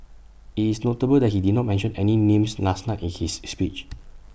IT is notable that he did not mention any names last night in his speech